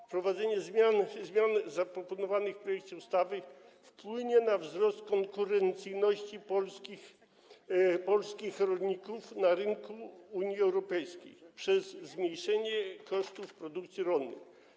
Wprowadzenie zmian zaproponowanych w projekcie ustawy wpłynie na wzrost konkurencyjności polskich rolników na rynku Unii Europejskiej przez zmniejszenie kosztów produkcji rolnej.